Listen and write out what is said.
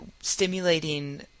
stimulating